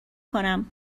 کنم